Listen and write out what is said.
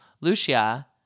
Lucia